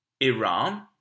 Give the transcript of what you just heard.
Iran